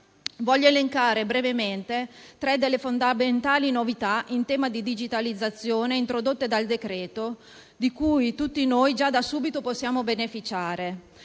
Voglio elencare brevemente tre delle fondamentali novità in tema di digitalizzazione introdotte dal decreto-legge di cui tutti noi già da subito possiamo beneficiare.